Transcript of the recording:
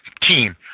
team